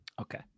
Okay